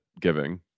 giving